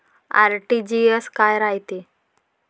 RTGS काय रायते?